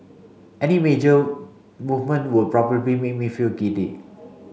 any major movement would probably make me feel giddy